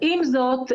עם זאת,